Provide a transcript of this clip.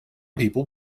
people